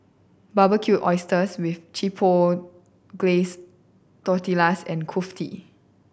Barbecued Oysters with Chipotle Glaze Tortillas and Kulfi